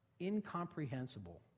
incomprehensible